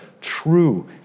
true